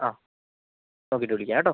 ആ നോക്കിയിട്ട് വിളിക്കാം കേട്ടോ